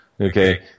okay